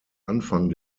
anfang